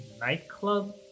nightclub